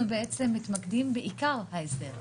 אנחנו מתמקדים בעיקר ההסדר,